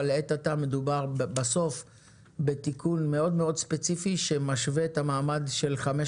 אבל לעת עתה מדובר בתיקון מאוד מאוד ספציפי שמשווה את המעמד של חמש